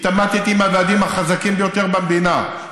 התעמתי עם הוועדים החזקים ביותר במדינה.